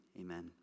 Amen